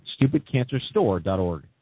Stupidcancerstore.org